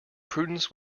prudence